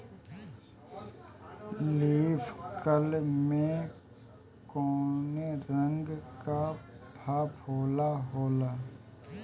Leaf curl में कौने रंग का फफोला होला?